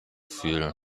fühlen